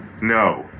No